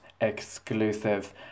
exclusive